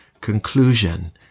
conclusion